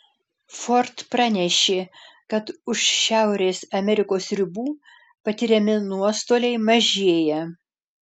ford pranešė kad už šiaurės amerikos ribų patiriami nuostoliai mažėja